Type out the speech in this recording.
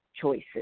choices